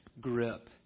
grip